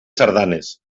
sardanes